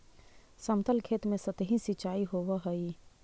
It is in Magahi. समतल खेत में सतही सिंचाई होवऽ हइ